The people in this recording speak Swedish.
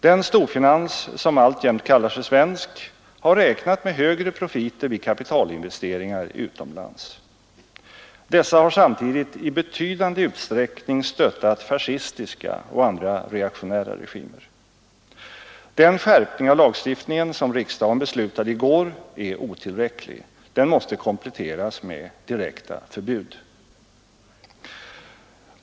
Den storfinans som alltjämt kallar sig svensk har räknat med högre profiter vid kapitalinvesteringar utomlands. Den har samtidigt i betydande utsträckning stöttat fascistiska och andra reaktionära regimer. Den skärpning av lagstiftningen som riksdagen beslutade i går är otillräcklig. Den måste kompletteras med direkta förbud.